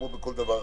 כמו בכל דבר אחר.